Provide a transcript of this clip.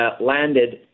landed